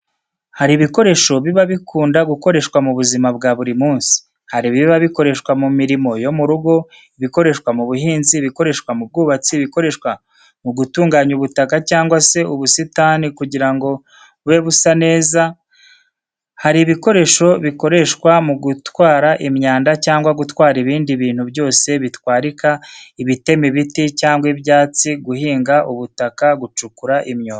Hari ibikoresho biba bikunda gukoreshwa mu buzima bwa buri munsi. Hari ibiba bikoreshwa mu mirimo yo mu rugo, ibikoreshwa mu buhinzi, ibikoreshwa mu bwubatsi, ibikoreshwa mu gutunganya ubutaka cyangwa se ubusitani kugira ngo bube busa neza. Hari ibikoresho bikoreshwa mu gutwara imyanda cyangwa gutwara ibindi bintu byose bitwarika, ibitema ibiti cyangwa ibyatsi, guhinga ubutaka, gucukura imyobo.